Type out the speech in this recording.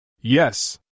Yes